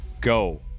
go